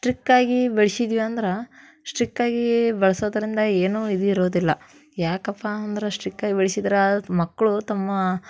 ಸ್ಟ್ರಿಕ್ಕಾಗಿ ಬೆಳೆಸಿದ್ವಿ ಅಂದ್ರೆ ಸ್ಟ್ರಿಕ್ಕಾಗಿ ಬೆಳ್ಸೋದ್ರಿಂದ ಏನು ಇದು ಇರೋದಿಲ್ಲ ಯಾಕಪ್ಪ ಅಂದ್ರೆ ಸ್ಟ್ರಿಕಾಗಿ ಬೆಳ್ಸಿದ್ರೆ ಮಕ್ಕಳು ತಮ್ಮ